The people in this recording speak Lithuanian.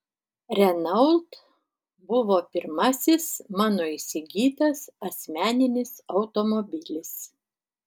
renault buvo pirmasis mano įsigytas asmeninis automobilis